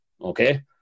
okay